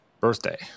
birthday